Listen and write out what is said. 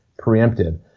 preemptive